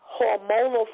Hormonal